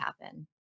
happen